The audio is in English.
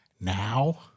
now